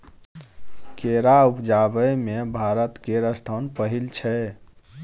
केरा उपजाबै मे भारत केर स्थान पहिल छै